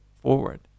forward